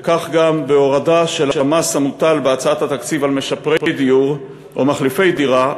וכך גם בהורדה של המס המוטל בהצעת התקציב על משפרי דיור או מחליפי דירה,